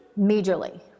majorly